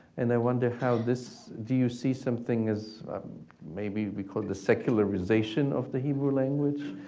and i wonder how this, do you see something is maybe we call the secularization of the hebrew language?